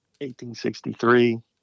1863